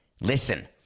listen